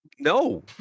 no